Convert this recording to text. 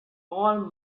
all